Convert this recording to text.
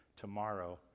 tomorrow